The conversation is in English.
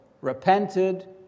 repented